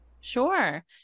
sure